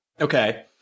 Okay